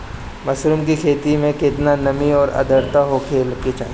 Mushroom की खेती में केतना नमी और आद्रता होखे के चाही?